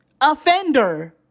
Offender